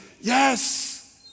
yes